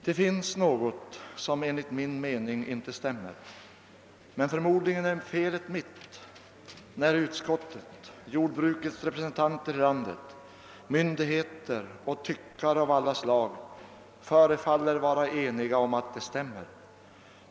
Det finns något som enligt min me ning inte stämmer — men förmodligen är felet mitt, när utskottet, jordbrukets representanter i landet, myndigheter och tyckare av alla slag förefaller att vara eniga om att det stämmer.